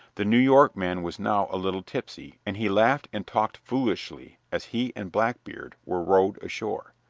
the new york man was now a little tipsy, and he laughed and talked foolishly as he and blackbeard were rowed ashore.